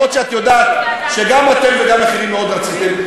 אפילו שאת יודעת שגם אתם וגם אחרים מאוד רציתם,